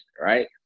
right